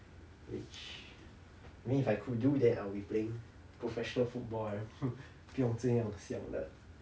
it's I mean if I could do that I'll be playing professional football right 不用这样想了